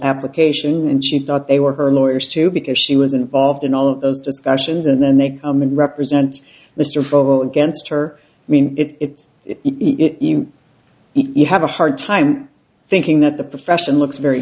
application when she thought they were her lawyers too because she was involved in all of those discussions and then they i'm going to represent mr vote against her i mean it's it you you have a hard time thinking that the profession looks very